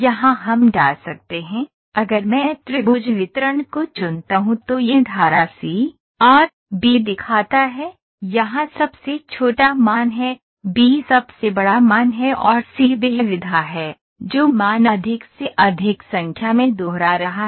यहाँ हम डाल सकते हैं अगर मैं त्रिभुज वितरण को चुनता हूँ तो यह धारा c a b दिखाता है यहाँ सबसे छोटा मान है b सबसे बड़ा मान है और c वह विधा है जो मान अधिक से अधिक संख्या में दोहरा रहा है